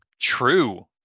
True